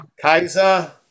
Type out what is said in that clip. Kaiser